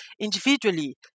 individually